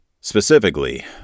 Specifically